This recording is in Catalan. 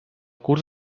curs